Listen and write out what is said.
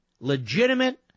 legitimate